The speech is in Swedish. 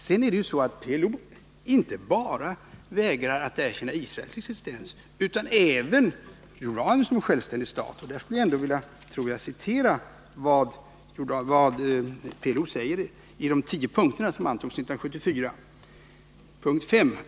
Sedan är det ju så att PLO inte bara vägrar att erkänna Israels existens utan även Jordanien som självständig stat. Och där skulle jag vilja citera vad PLO säger i en av de tio punkterna som antogs 1974: ”S.